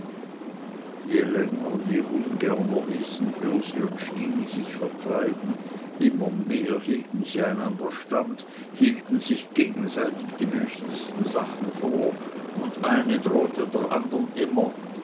je länger je ungerner ließ ürsi und stini sich vertreiben immer mehr hielten sie einander stand hielten sich gegenseitig die wüstesten sachen vor und eine drohte der andern immer